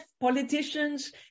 politicians